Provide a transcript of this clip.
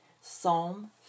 Psalm